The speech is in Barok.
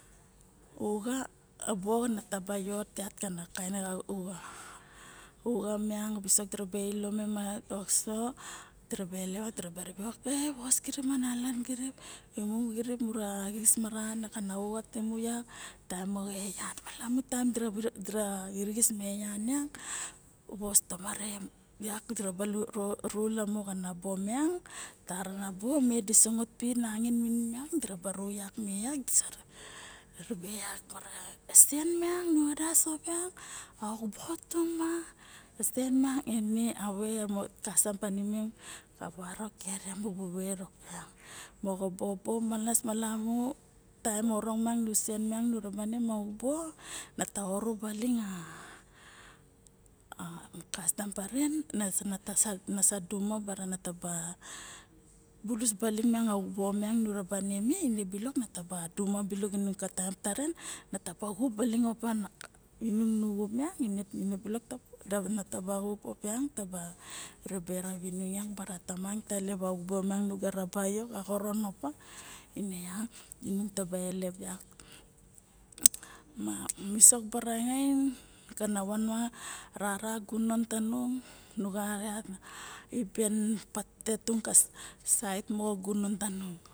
Uxa ana bo nataba yot yak kana kaen na uxa miang ana visok diraba ilo me deraba elo ma oke vos kirip mana malaxin kirip mura xis maran kana ura timu ya a taem moxo eyan ne taem dira xirixis ma eyan yak vos tomare yak dira ru lamo xana bo miang tarana bo niang di sangot pi nangain diraba ru yak me diraba ribe yak bara sien miang nu vadas ping a uk bo tung ma se ma a way mo kastam tanimem ka barok kere mubu ver opa ne moxo bobo malas sanimu taem orong ma nu sen mang nu raba ne ma uk bo ta oru baling a kastam paren nasa duxuma bara ba bulus baling ma uk bo miang nu raba ne me ne balok na taba duxuma baling inung ka taem taren nataba xup opiang ining nu xup miang nataba ribe bara tamang ta ilep a uk bo nugu raba yo ka uk opa ine nung taba elep yak ma visok baraxain kana van van o rara gunon tanung nu gar yak a iben petete, tung ka saet moxo gunon tanung